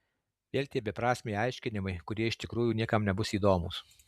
vėl tie beprasmiai aiškinimai kurie iš tikrųjų niekam nebus įdomūs